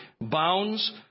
bounds